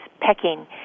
pecking